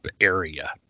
area